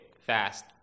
fast